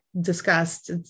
discussed